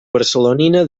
barcelonina